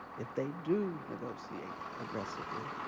if they do negotiate aggressively,